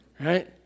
right